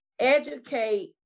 educate